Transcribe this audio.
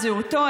את זהותו,